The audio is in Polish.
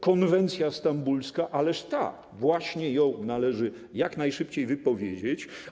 Konwencja stambulska - ależ tak, właśnie ją należy jak najszybciej wypowiedzieć.